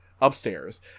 upstairs